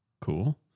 Cool